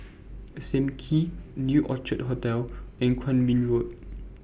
SAM Kee New Orchid Hotel and Kwong Min Road